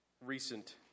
recent